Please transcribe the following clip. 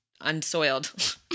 unsoiled